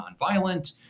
nonviolent